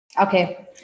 Okay